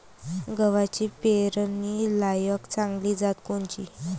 गव्हाची पेरनीलायक चांगली जात कोनची?